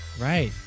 Right